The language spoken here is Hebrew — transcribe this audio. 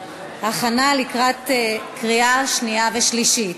להכנה לקריאה שנייה ושלישית.